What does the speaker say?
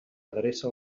adreça